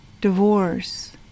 divorce